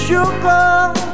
Sugar